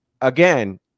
again